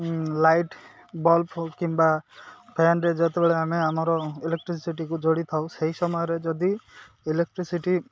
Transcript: light bulb କିମ୍ବା ଫ୍ୟାନ୍ରେେ ଯେତେବେଳେ ଆମେ ଆମର ଇଲେକ୍ଟ୍ରିସିଟିକୁ ଯୋଡ଼ି ଥାଉ ସେଇ ସମୟରେ ଯଦି ଇଲେକ୍ଟ୍ରିସିଟି